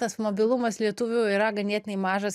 tas mobilumas lietuvių yra ganėtinai mažas